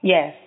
Yes